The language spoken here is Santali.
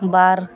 ᱵᱟᱨ